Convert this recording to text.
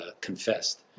confessed